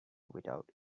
without